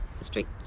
Street